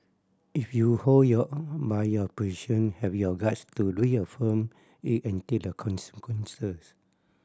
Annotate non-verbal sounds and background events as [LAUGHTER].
if you hold your [NOISE] by your position have your guts to reaffirm it and take the consequences